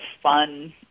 fun